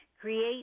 Create